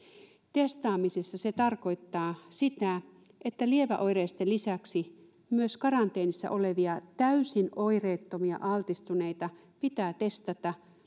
testaamisessa se tarkoittaa sitä että lieväoireisten lisäksi myös karanteenissa olevia täysin oireettomia altistuneita pitää testata